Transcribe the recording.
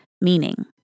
meaning